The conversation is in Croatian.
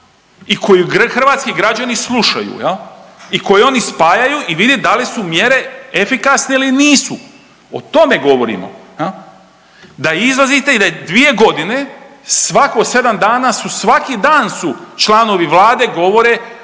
i koju hrvatski građani slušaju i koju oni spajaju i vide da li su mjere efikasne ili nisu o tome govorimo, da izlazite i da 2 godine svako 7 dana su, svaki dan su članovi Vlade govore